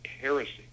heresy